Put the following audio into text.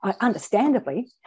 understandably